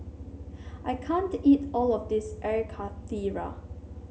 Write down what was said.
I can't eat all of this Air Karthira